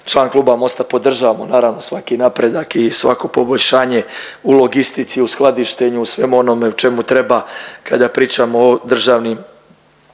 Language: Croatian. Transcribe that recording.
član kluba Mosta podržavamo naravno svaki napredak i svako poboljšanje u logistici, u skladištenju u svemu onome u čemu treba kada pričamo o državnim